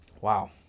Wow